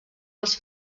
alts